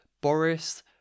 Boris